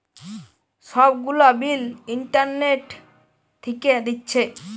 সব গুলা bill internet থিকে দিচ্ছে